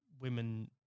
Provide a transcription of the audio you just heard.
women